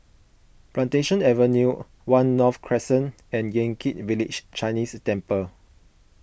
Plantation Avenue one North Crescent and Yan Kit Village Chinese Temple